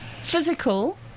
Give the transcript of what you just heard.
Physical